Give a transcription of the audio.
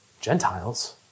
Gentiles